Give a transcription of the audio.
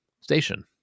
station